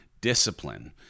discipline